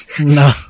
No